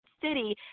city